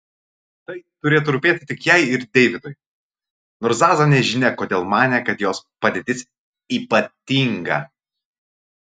tai turėtų rūpėti tik jai ir deividui nors zaza nežinia kodėl manė kad jos padėtis ypatinga